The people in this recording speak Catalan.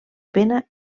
pena